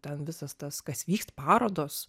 ten visas tas kas vyks parodos